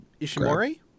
Ishimori